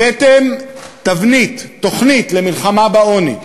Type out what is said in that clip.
הבאתם תבנית, תוכנית למלחמה בעוני,